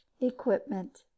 equipment